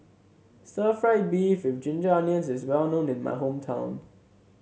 Stir Fried Beef with Ginger Onions is well known in my hometown